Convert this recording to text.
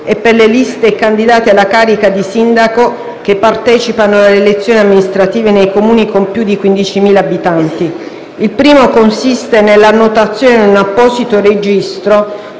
e per le liste e candidati alla carica di sindaco, che partecipino alle elezioni amministrative nei Comuni con più di 15.000 abitanti. Il primo consiste nella annotazione in un apposito registro,